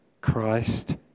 Christ